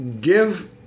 give